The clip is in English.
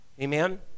Amen